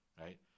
right